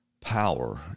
power